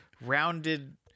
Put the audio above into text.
rounded